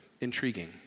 Intriguing